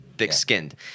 Thick-skinned